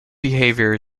behavior